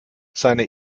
seine